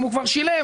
הוא כבר שילם.